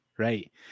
Right